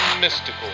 mystical